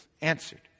answered